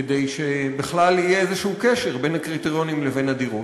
כדי שבכלל יהיה איזשהו קשר בין הקריטריונים לבין הדירות.